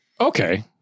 okay